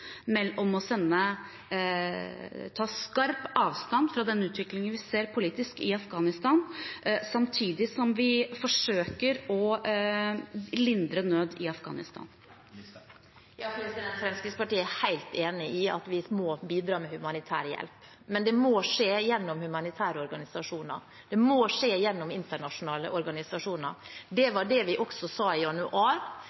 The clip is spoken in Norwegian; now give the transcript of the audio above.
å ta skarp avstand fra den utviklingen vi ser politisk i Afghanistan, og samtidig forsøke å lindre nød i Afghanistan. Fremskrittspartiet er helt enig i at vi må bidra med humanitær hjelp, men det må skje gjennom humanitære organisasjoner, og det må skje gjennom internasjonale organisasjoner. Det